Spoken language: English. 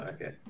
Okay